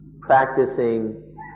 practicing